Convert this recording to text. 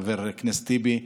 חבר הכנסת טיבי,